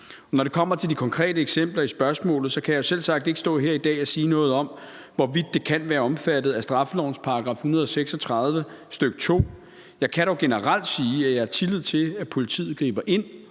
Når det kommer til de konkrete eksempler i spørgsmålet, kan jeg selvsagt ikke stå her i dag og sige noget om, hvorvidt det kan være omfattet af straffelovens § 136, stk. 2. Jeg kan dog generelt sige, at jeg har tillid til, at politiet griber ind